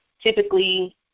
typically